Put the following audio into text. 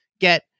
get